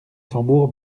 tambours